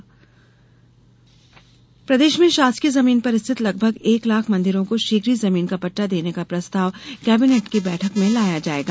मंदिर पट़टा प्रदेश में शासकीय जमीन पर स्थित लगभग एक लाख मंदिरों को शीघ्र ही जमीन का पट्टा देने का प्रस्ताव केबिनेट की बैठक में लाया जायेगा